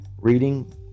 Reading